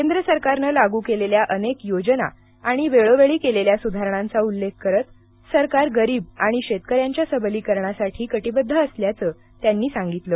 केंद्र सरकारनं लागू केलेल्या अनेक योजना आणि वेळोवेळी केलेल्या सुधारणांचा उल्लेख करत सरकार गरीब आणि शेतकऱ्यांच्या सबलीकरणासाठी कटिबद्ध असल्याचं त्यांनी सांगितलं